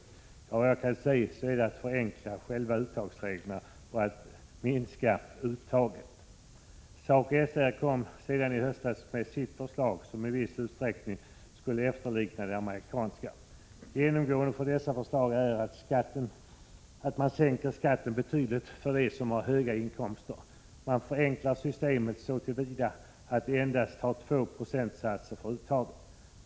Ja, såvitt jag kan se är det att förenkla själva uttagsreglerna och att minska uttaget. SACOJ/SR presenterade i höstas sitt förslag, som i viss utsträckning skulle efterlikna det amerikanska. Genomgående för dessa båda förslag är att man sänker skatten betydligt för dem som har höga inkomster. Man förenklar systemet så till vida att det endast har två procentsatser för uttaget.